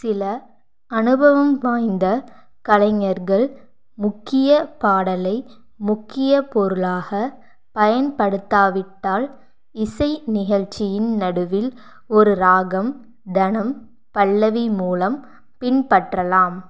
சில அனுபவம் வாய்ந்த கலைஞர்கள் முக்கிய பாடலை முக்கிய பொருளாக பயன்படுத்தாவிட்டால் இசை நிகழ்ச்சியின் நடுவில் ஒரு ராகம் தனம் பல்லவி மூலம் பின்பற்றலாம்